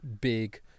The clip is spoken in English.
big